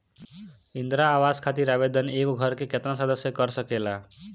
इंदिरा आवास खातिर आवेदन एगो घर के केतना सदस्य कर सकेला?